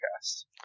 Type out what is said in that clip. cast